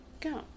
go